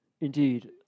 Indeed